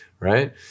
right